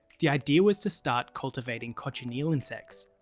the idea was to start cultivating cochineal insects,